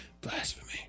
Blasphemy